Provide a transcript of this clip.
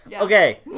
Okay